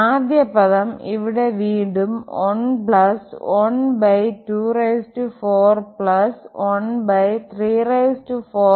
ആദ്യ പദം ഇവിടെ വീണ്ടും 1124134